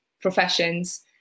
professions